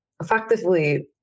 effectively